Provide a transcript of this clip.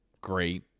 great